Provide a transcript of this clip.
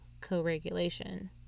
co-regulation